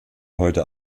heute